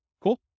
Cool